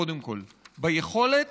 קודם כול: ביכולת